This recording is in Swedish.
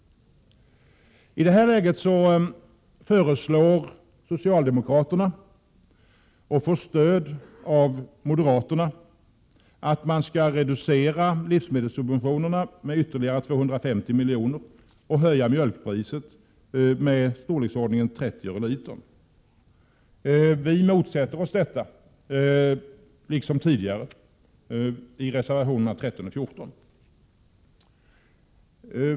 I det här läget föreslår socialdemokraterna — och får stöd av moderaterna — att livsmedelssubventionerna skall reduceras med ytterligare 250 milj.kr. och att mjölkpriset skall höjas med i storleksordningen 30 öre per liter. Liksom tidigare motsätter vi oss detta, nu i reservationerna 13 och 14.